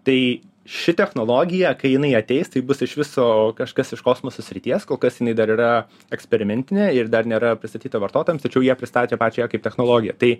tai ši technologija kai jinai ateis tai bus iš viso kažkas iš kosmoso srities kol kas jinai dar yra eksperimentinė ir dar nėra pristatyta vartotojams tačiau jie pristatė pačią ją kaip technologiją tai